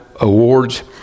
awards